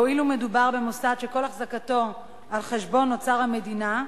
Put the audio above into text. הואיל ומדובר במוסד שכל אחזקתו על חשבון אוצר המדינה.